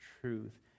truth